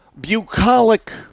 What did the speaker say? bucolic